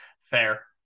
fair